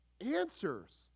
answers